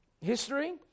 History